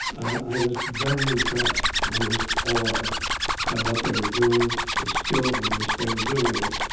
i was very impressed, almost awed by what they were doing, the skill with which they were doing it,